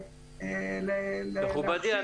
ולהדריך ולהכשיר --- מכובדי,